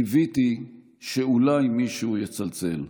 קיוויתי שאולי מישהו יצלצל.